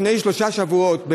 לפני שלושה שבועות,